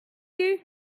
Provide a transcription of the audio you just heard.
you